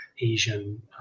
Asian